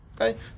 Okay